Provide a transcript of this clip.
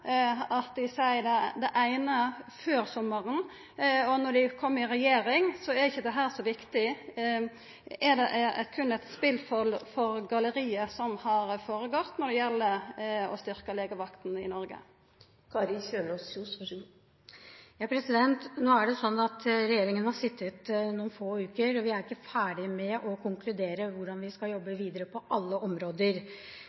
at dei seier det eine før sumaren og når dei kjem i regjering, er ikkje dette så viktig? Har det føregått eit spel for galleriet når det gjeld å styrkja legevakta i Noreg? Nå er det slik at regjeringen har sittet noen få uker, og vi er ikke ferdige med å konkludere i hvordan vi skal jobbe